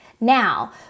Now